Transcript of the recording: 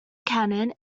cannon